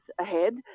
ahead